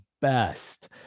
best